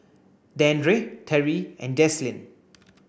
Dandre Terry and Jaslyn